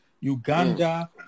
Uganda